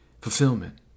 fulfillment